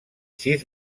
sis